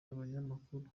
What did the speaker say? abanyamakuru